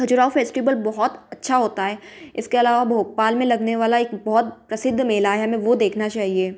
Khajuraho festival बहुत अच्छा होता है इसके अलावा भोपाल में लगने वाला एक बहुत प्रसिद्ध मेला है हमें वो देखना चाहिए